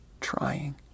trying